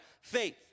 faith